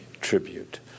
tribute